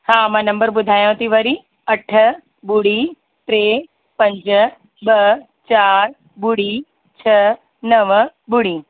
हा मां नंबर ॿुधायांव थी वरी अठ ॿुड़ी टे पंज ॿ चारि ॿुड़ी छह नव ॿुड़ी